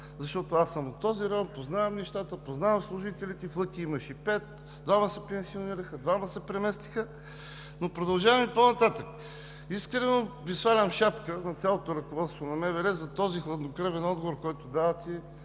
защото аз съм от този район, познавам нещата, познавам служителите в Лъки. Имаше пет – двама се пенсионираха, двама се преместиха. Продължавам по-нататък. Искрено свалям шапка на цялото ръководство на МВР за този хладнокръвен отговор, който давате